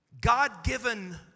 God-given